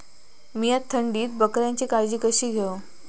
मीया थंडीत बकऱ्यांची काळजी कशी घेव?